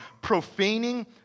profaning